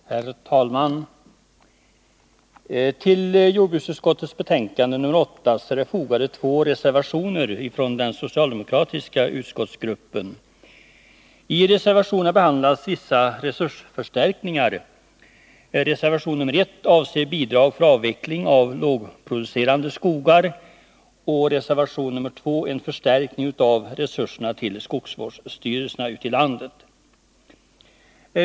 Herr talman! Till jordbruksutskottets betänkande nr 8 är fogade två reservationer från den socialdemokratiska utskottsgruppen. I reservationerna behandlas vissa resursförstärkningar. Reservation nr 1 avser bidrag för avveckling av lågproducerande skogar och reservation nr 2 en förstärkning av resurserna till skogsvårdsstyrelserna ute i landet.